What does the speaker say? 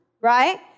right